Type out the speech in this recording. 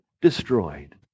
destroyed